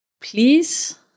please